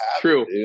True